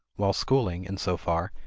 while schooling, in so far,